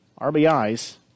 RBIs